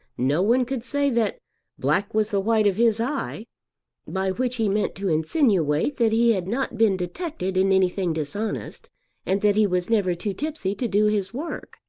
no one could say that black was the white of his eye by which he meant to insinuate that he had not been detected in anything dishonest and that he was never too tipsy to do his work.